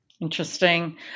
Interesting